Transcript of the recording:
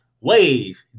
WAVE